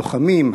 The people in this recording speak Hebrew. לוחמים,